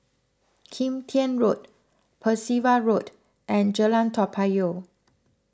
Kim Tian Road Percival Road and Jalan Toa Payoh